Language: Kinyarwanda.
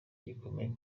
gikomeye